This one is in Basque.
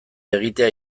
egitea